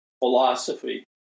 philosophy